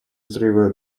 взрывы